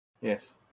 Yes